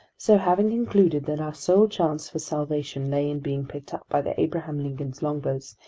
so, having concluded that our sole chance for salvation lay in being picked up by the abraham lincoln's longboats,